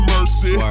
Mercy